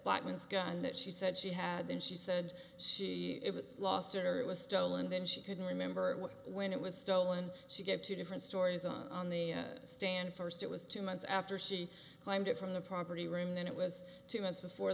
bachmann's gun that she said she had then she said she lost or it was stolen then she couldn't remember when it was stolen she gave two different stories on the stand first it was two months after she claimed it from the property room then it was two months before